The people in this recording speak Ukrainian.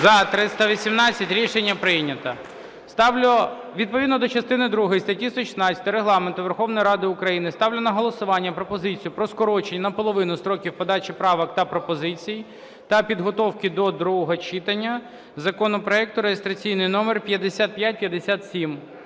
За-318. Рішення прийнято. Відповідно до частини другої статті 116 Регламенту Верховної Ради України ставлю на голосування пропозицію про скорочення наполовину строків подачі правок та пропозицій, та підготовки до другого читання законопроекту (реєстраційний номер 5557).